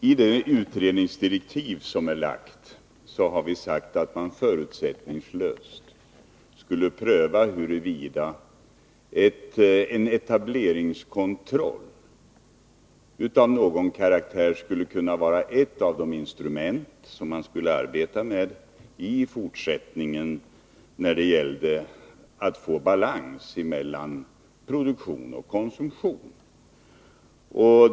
Fru talman! I utredningsdirektiven har vi angivit att man förutsättningslöst skall pröva huruvida en etableringskontroll av någon karaktär skulle kunna vara ett av de instrument som man i fortsättningen kunde arbeta med för att få balans mellan produktion och konsumtion.